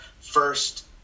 first